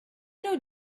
know